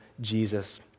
Jesus